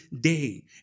day